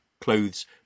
clothes